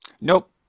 Nope